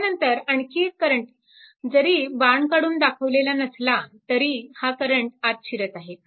त्यानंतर आणखी एक करंट जरी बाण काढून दाखवलेला नसला तरी हा करंट आत शिरत आहे